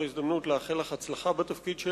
זו ההזדמנות לאחל לך הצלחה בתפקיד שלך.